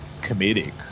comedic